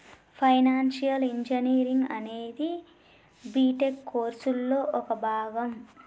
financial engineering అనేది BTech కోర్సులో ఒక భాగం